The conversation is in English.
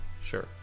Sure